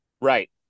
Right